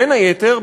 בין היתר,